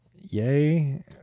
Yay